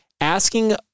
asking